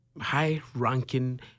high-ranking